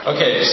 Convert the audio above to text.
Okay